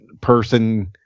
person